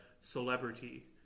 celebrity